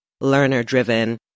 learner-driven